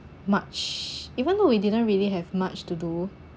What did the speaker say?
much even though we didn't really have much to do